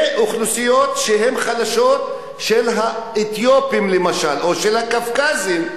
ואוכלוסיות חלשות כמו למשל האתיופים או הקווקזים,